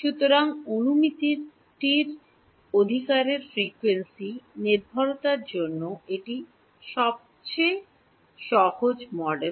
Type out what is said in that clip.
সুতরাং অনুমতিটির অধিকারের ফ্রিকোয়েন্সি নির্ভরতার জন্য এটি সম্ভবত সবচেয়ে সহজ মডেল